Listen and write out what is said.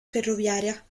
ferroviaria